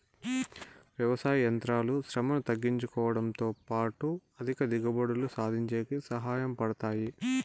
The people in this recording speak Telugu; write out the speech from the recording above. వ్యవసాయ యంత్రాలు శ్రమను తగ్గించుడంతో పాటు అధిక దిగుబడులు సాధించేకి సహాయ పడతాయి